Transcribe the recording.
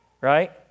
right